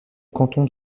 canton